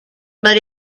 but